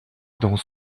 dans